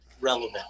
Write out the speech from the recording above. relevant